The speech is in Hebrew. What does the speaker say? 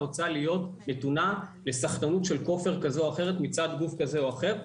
רוצה להיות נתונה לסחטנות של כופר כזה או אחר מצד גוף כזה או אחר.